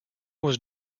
was